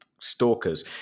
stalkers